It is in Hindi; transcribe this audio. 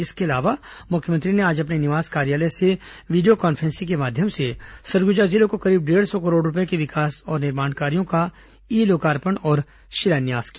इसके अलावा मुख्यमंत्री ने आज अपने निवास कार्यालय से वीडियो कॉन्फ्रेंसिंग के माध्यम से सरगुजा जिले को करीब डेढ़ सौ करोड़ रूपये के विकास और निर्माण कार्यों का ई लोकार्पण और शिलान्यास किया